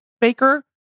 Baker